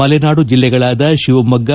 ಮಲೆನಾಡು ಜಿಲ್ಲೆಗಳಾದ ಶಿವಮೊಗ್ಗ